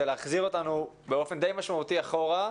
אתה מציע להחזיר אותנו באופן די משמעותי אחורה.